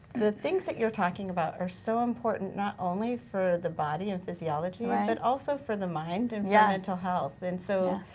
the things that you're talking about are so important, not only for the body and physiology, but also for the mind and for yeah mental health. and so,